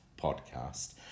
podcast